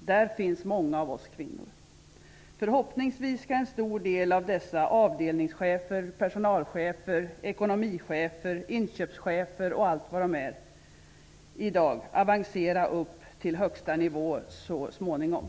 Där finns många av oss kvinnor. Förhoppningsvis skall en stor del av dessa avdelningschefer, personalchefer, ekonomichefer, inköpschefer och allt vad man i dag är avancera upp till den högsta nivån så småningom.